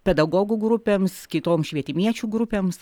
pedagogų grupėms kitoms švietimiečių grupėms